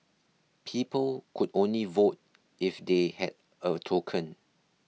people could only vote if they had a token